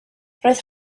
roedd